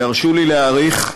והרשו לי להעריך,